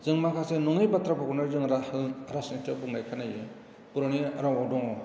जों माखासे नङै बाथ्राफोरखौनो जोङो राहो राजनिथिआव बुंनाय खोनायो बर'नि रावआव दङ